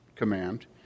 command